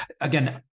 again